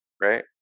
Right